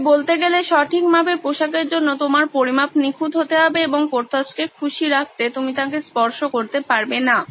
তাই বলতে গেলে সঠিক মাপের পোশাকের জন্য তোমার পরিমাপ নিখুঁত হতে হবে এবং পোর্থস কে খুশি রাখতে তুমি তাঁকে স্পর্শ করতে পারবে না